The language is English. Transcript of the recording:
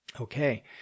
Okay